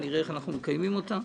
נראה איך אנחנו מקיימים אותה,